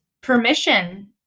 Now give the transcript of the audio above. permission